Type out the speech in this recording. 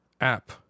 app